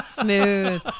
Smooth